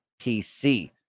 PC